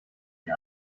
die